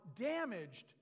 damaged